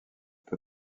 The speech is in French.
peu